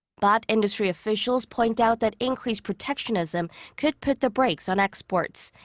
but, industry officials point out that increased protectionism could put the brakes on exports.